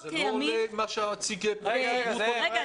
אבל זה לא עולה עם מה שהציג פרופ' גרוטו --- זאב,